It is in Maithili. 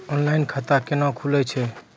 ऑनलाइन खाता केना खुलै छै?